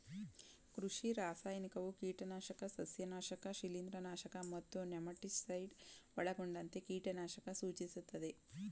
ಕೃಷಿ ರಾಸಾಯನಿಕವು ಕೀಟನಾಶಕ ಸಸ್ಯನಾಶಕ ಶಿಲೀಂಧ್ರನಾಶಕ ಮತ್ತು ನೆಮಟಿಸೈಡ್ ಒಳಗೊಂಡಂತೆ ಕೀಟನಾಶಕ ಸೂಚಿಸ್ತದೆ